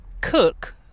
cook